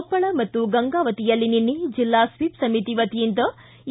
ಕೊಪ್ಪಳ ಮತ್ತು ಗಂಗಾವತಿಯಲ್ಲಿ ನಿನ್ನೆ ಜಿಲ್ಲಾ ಸ್ವೀಪ್ ಸಮಿತಿ ವತಿಯಿಂದ ಇ